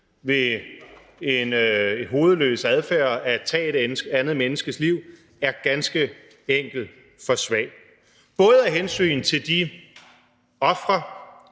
ved en hovedløs adfærd at tage et andet menneskes liv er ganske enkelt for svag, både af hensyn til de ofre